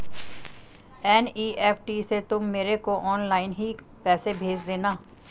NEFT से तुम मेरे को ऑनलाइन ही पैसे भेज देना